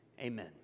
Amen